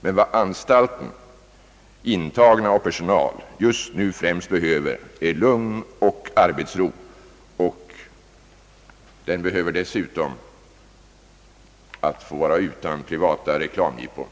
Men vad anstalten, intagna och personal, just nu främst behöver är lugn och arbetsro. Den behöver dessutom slippa privata reklamjippon.